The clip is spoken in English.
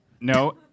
no